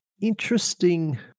interesting